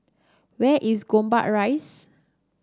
where is Gombak Rise